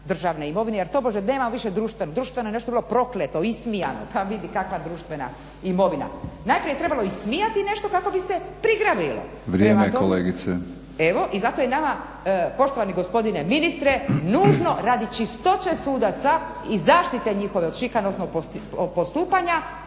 državne imovine jer tobože nema više društveno, društveno je bilo nešto prokleto, ismijano. Pa vidi kakva društvena imovina. Najprije je trebalo ismijati nešto kako bi se prigrabilo … /Upadica: Vrijeme kolegice./ … Evo, i zato je nama poštovani gospodine ministre nužno radi čistoće sudaca i zaštite njihove od šikanoznog postupanja